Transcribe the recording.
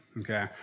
okay